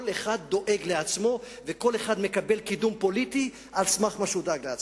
כל אחד דואג לעצמו וכל אחד מקבל קידום פוליטי על סמך מה שהוא דאג לעצמו.